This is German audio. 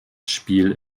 spiel